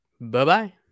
Bye-bye